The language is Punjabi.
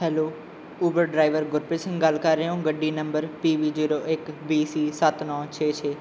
hello Uber driver Gurpreet Singh ਗੱਲ ਕਰ ਰਹੇ ਹੋ ਗੱਡੀ ਨੰਬਰ ਪੀਬੀ ਜ਼ੀਰੋ ਇੱਕ ਬੀਸੀ ਸੱਤ ਨੌਂ ਛੇ ਛੇ